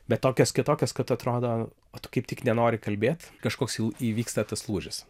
bet tokios kitokios kad atrodo o tu kaip tik nenori kalbėt kažkoks jau įvyksta tas lūžis